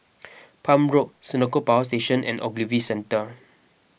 Palm Road Senoko Power Station and Ogilvy Centre